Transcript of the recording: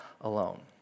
alone